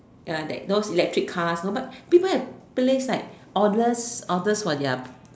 uh that those electric cars know but people have placed like orders orders for their